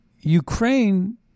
Ukraine